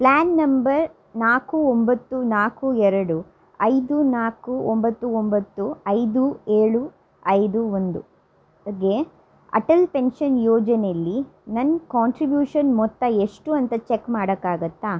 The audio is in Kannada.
ಪ್ಲಾನ್ ನಂಬರ್ ನಾಲ್ಕು ಒಂಬತ್ತು ನಾಲ್ಕು ಎರಡು ಐದು ನಾಲ್ಕು ಒಂಬತ್ತು ಒಂಬತ್ತು ಐದು ಏಳು ಐದು ಒಂದುಗೆ ಅಟಲ್ ಪೆನ್ಷನ್ ಯೋಜನೆಯಲ್ಲಿ ನನ್ನ ಕಾಂಟ್ರಿಬ್ಯೂಷನ್ ಮೊತ್ತ ಎಷ್ಟು ಅಂತ ಚೆಕ್ ಮಾಡೋಕ್ಕಾಗತ್ತ